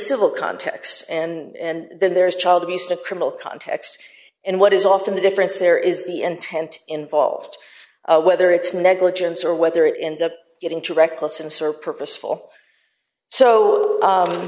civil context and then there's child abuse the criminal context and what is often the difference there is the intent involved whether it's negligence or whether it ends up getting too reckless and sort of purposeful so